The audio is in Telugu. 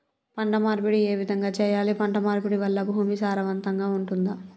పంట మార్పిడి ఏ విధంగా చెయ్యాలి? పంట మార్పిడి వల్ల భూమి సారవంతంగా ఉంటదా?